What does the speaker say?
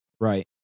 Right